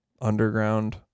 underground